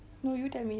no you tell me